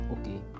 okay